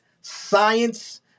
science